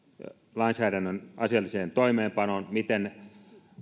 lainsäädännön asialliseen toimeenpanoon miten